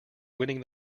winning